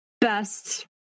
best